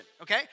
okay